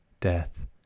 Death